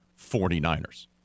49ers